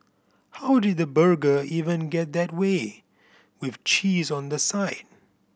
how did the burger even get that way with cheese on the side